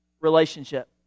relationship